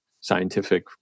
scientific